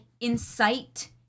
incite